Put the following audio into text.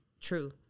true